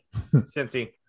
Cincy